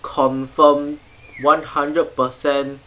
confirm one hundred per cent